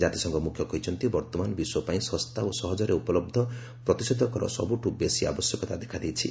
ଜାତିସଂଘ ମୁଖ୍ୟ କହିଛନ୍ତି ବର୍ତ୍ତମାନ ବିଶ୍ୱପାଇଁ ଶସ୍ତା ଓ ସହଜରେ ଉପଲହ୍ଧ ପ୍ରତିଷେଧକର ସବୁଠୁ ବେଶି ଆବଶ୍ୟକତା ଦେଖା ଦେଇଛି